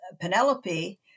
Penelope